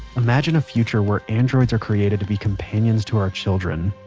imagine a future where androids are created to be companions to our children.